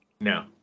No